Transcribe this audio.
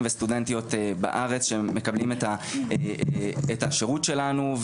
וסטודנטיות בארץ שמקבלים את השירות שלנו,